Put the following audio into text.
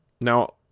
Now